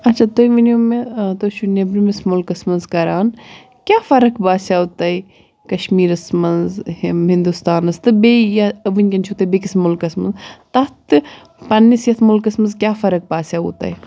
اَچَھا تُہۍ ؤنِو مےٚ تُہۍ چھو نیٚبرِمِس مٔلکَس منٛز کَران کیاہ فَرَق باسِیو تۄہہِ کَشمیٖرَس منٛز ہِنٛدوستانَس تہٕ بیٚیہِ یا ؤنکؠن چھو تُہۍ بیٚیِس مٔلکَس منٛز تَتھ تہٕ پَننس یَتھ مٔلکَس منٛز کیاہ فَرَق باسِیوو تۄہہِ